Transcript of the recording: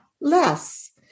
less